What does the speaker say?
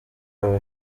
abo